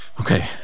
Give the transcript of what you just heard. Okay